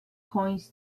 coins